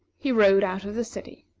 he rode out of the city.